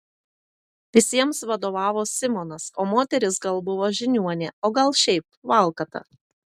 visiems vadovavo simonas o moteris gal buvo žiniuonė o gal šiaip valkata